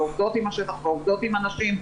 ועובדות עם השטח ועובדות עם הנשים,